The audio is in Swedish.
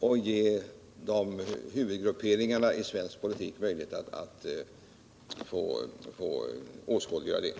Det kan ge huvudgrupperingarna i svensk politik möjlighet att åskådliggöra sin syn på olika problem.